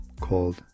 called